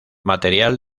material